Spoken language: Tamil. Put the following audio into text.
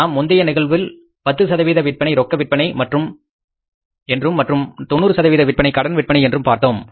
நாம் முந்தைய நிகழ்வு 10 சதவீத விற்பனை ரொக்க விற்பனை என்றும் மற்றும் 90 சதவீத விற்பனை கடன் விற்பனை என்றும் பார்த்தோம்